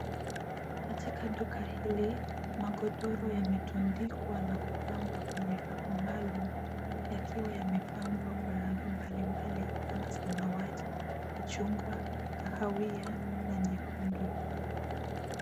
Katika duka hili magodoro yametundikwa na kupangwa kwenye rafu maalum, yakiwa yamepangwa kwa rangi mbali mbali kama samawati, machungwa, kahawia na nyekundu.